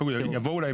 שתבוא אל האזרח,